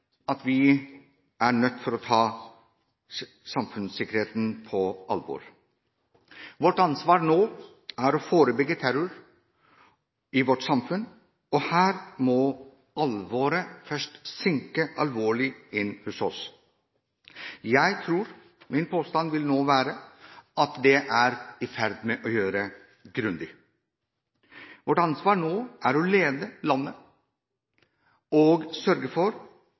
at vi er nødt til å ta samfunnssikkerheten på alvor. Vårt ansvar nå er å forebygge terror i vårt samfunn, og her må alvoret først synke inn hos oss. Min påstand vil være at det er i ferd med å gjøre det grundig. Vårt ansvar nå er å lede landet og sørge for